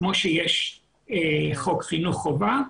כמו שיש חוק חינוך חובה,